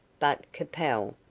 but capel,